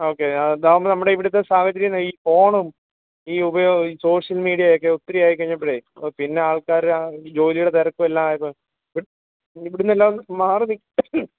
okay അതാകുമ്പോൾ നമ്മുടെ ഇവിടത്തെ സാഹചര്യം ഈ ഫോണും ഈ ഉപയോഗ ഈ സോഷ്യൽ മീഡിയായൊക്കെ ഒത്തിരി ആയി കഴിഞ്ഞപ്പഴെ പിന്നെ ആൾക്കാർ ഈ ജോലിയുടെ തിരക്കും എല്ലാം ആയപ്പോൾ ഇവിടുന്ന് എല്ലാം മാറിനി